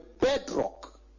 bedrock